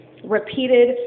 Repeated